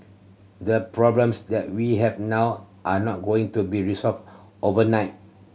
the problems that we have now are not going to be resolved overnight